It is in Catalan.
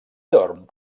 dorm